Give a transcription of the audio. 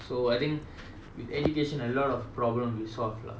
so I think with education a lot of problem will solve lah